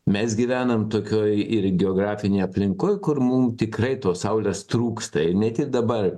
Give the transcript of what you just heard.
mes gyvenam tokioj ir geografinėj aplinkoj kur mum tikrai tos saulės trūksta ne tik dabar